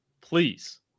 Please